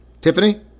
Tiffany